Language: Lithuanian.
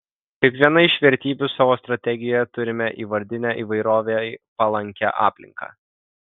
kaip vieną iš vertybių savo strategijoje turime įvardinę įvairovei palankią aplinką